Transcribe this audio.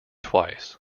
twice